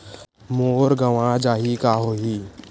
मोर गंवा जाहि का होही?